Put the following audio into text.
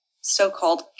so-called